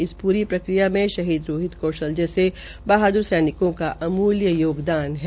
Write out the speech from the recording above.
इस पुरी प्रक्रिया में शहीद रोहित कौशल जैसे बहादुर सैनिकों का अमूल्य योगदान है